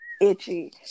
itchy